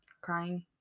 Crying